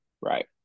Right